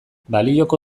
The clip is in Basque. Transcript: balioko